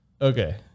Okay